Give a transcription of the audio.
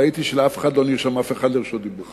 ראיתי שלאף אחד מהם לא נרשם אף אחד לרשות דיבור.